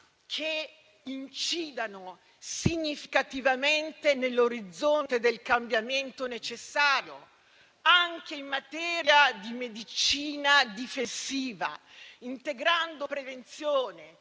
che incidano significativamente nell'orizzonte del cambiamento necessario, anche in materia di medicina difensiva, integrando prevenzione,